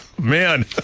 Man